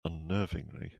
unnervingly